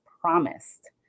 promised